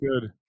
good